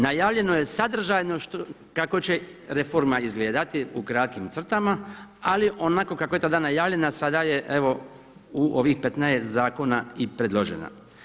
Najavljeno je sadržajno kako će reforma izgledati u kratkim crtama, ali onako kako je tada najavljena sada je evo u ovih 15 zakona i predložena.